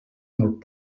molt